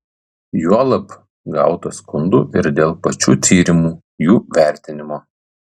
juolab gauta skundų ir dėl pačių tyrimų jų vertinimo